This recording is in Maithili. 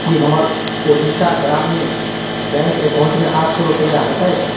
की हमर ओडिशा ग्राम्य बैंक अकाउन्टमे आठ सए रुपैआ हेतै